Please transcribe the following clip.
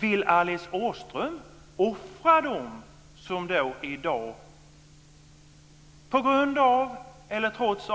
Vill Alice Åström offra dem som i dag, på grund av eller trots